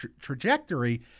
trajectory